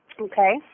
Okay